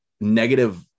negative